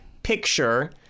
picture